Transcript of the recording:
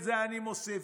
את זה אני מוסיף,